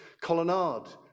colonnade